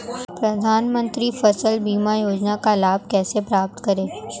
प्रधानमंत्री फसल बीमा योजना का लाभ कैसे प्राप्त करें?